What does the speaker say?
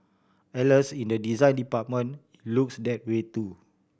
alas in the design department looks that way too